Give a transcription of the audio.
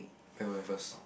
where where first